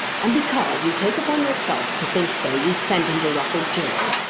and because you take upon yourself to think so you'd send him to rufford gaol!